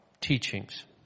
teachings